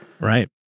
Right